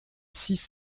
six